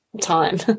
time